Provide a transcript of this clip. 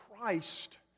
Christ